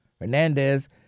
Hernandez